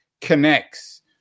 connects